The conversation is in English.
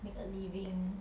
make a living